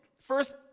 First